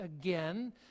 again